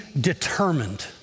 determined